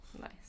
Nice